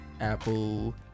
apple